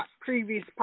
previous